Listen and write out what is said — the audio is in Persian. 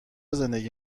زندگی